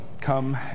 come